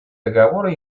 договора